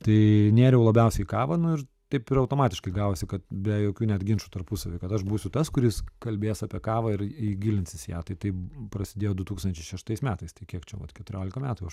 tai nėriau labiausiai į kavą nu ir taip ir automatiškai gavosi kad be jokių net ginčų tarpusavy kad aš būsiu tas kuris kalbės apie kavą ir gilinsis į ją tai tai prasidėjo du tūkstančiai šeštais metais tai kiek čia vat keturiolika metų jau aš